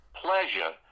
pleasure